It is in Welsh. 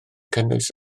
cynnwys